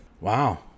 Wow